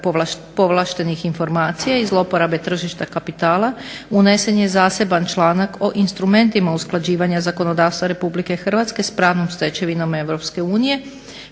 povlaštenih informacija i zloporabe tržišta kapitala, unesen je zaseban članak o instrumentima usklađivanja zakonodavstva Republike Hrvatske s pravnom stečevinom